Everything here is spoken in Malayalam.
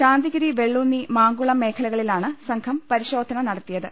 ശാന്തിഗിരി വെള്ളൂന്നി മാങ്കുളം മേഖലകളിലാണ് സംഘം പരി ശോധന നടത്തിയത്